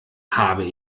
habe